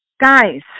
Guys